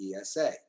ESA